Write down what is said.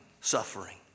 suffering